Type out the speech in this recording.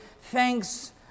thanks